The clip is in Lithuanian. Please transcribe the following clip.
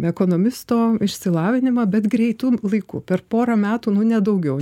ekonomisto išsilavinimą bet greitu laiku per porą metų nu ne daugiau